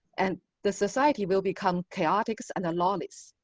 and the society will become chaotic and lawless.